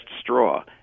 straw